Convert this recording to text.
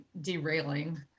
derailing